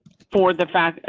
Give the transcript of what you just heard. for the fact,